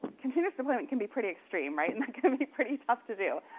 continuous deployment can be pretty extreme, right? and that can be pretty tough to do.